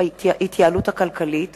דיווח לוועדת החוץ והביטחון על פעילות אגף